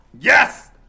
Yes